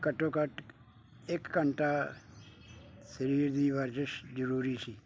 ਘੱਟੋ ਘੱਟ ਇੱਕ ਘੰਟਾ ਸਰੀਰ ਦੀ ਵਰਜਿਸ਼ ਜ਼ਰੂਰੀ ਸੀ